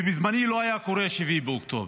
ובזמני לא היה קורה 7 באוקטובר.